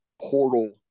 portal